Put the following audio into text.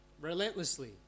relentlessly